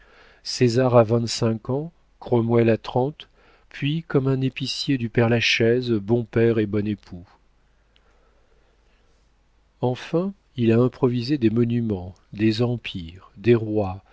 césar à vingt-cinq ans cromwell à trente puis comme un épicier du père la chaise bon père et bon époux enfin il a improvisé des monuments des empires des rois